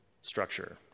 structure